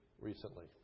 recently